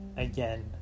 Again